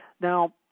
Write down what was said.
Now